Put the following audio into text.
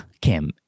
Kim